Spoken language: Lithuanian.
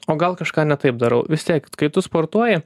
o gal kažką ne taip darau vis tiek kai tu sportuoji